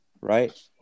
right